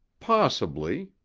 possibly,